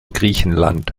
griechenland